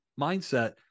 mindset